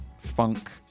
funk